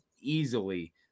easily